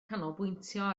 canolbwyntio